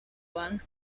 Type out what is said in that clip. then